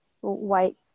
white